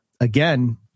again